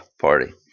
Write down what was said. party